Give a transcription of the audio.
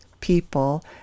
people